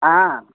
हा